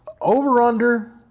Over-under